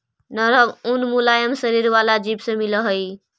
नरम ऊन मुलायम शरीर वाला जीव से मिलऽ हई